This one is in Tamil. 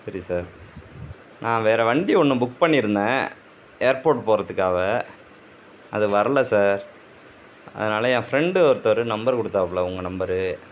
சரி சார் நான் வேறு வண்டி ஒன்று புக் பண்ணியிருந்தேன் ஏர்ப்போட் போகிறதுக்காவ அது வரல சார் அதனால என் ஃப்ரெண்டு ஒருத்தர் நம்பர் கொடுத்தாபுல உங்கள் நம்பரு